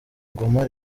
ngoma